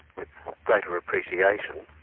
with greater appreciation,